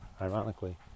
ironically